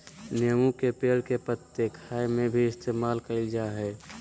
नींबू के पेड़ के पत्ते खाय में भी इस्तेमाल कईल जा हइ